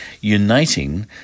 uniting